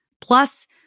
Plus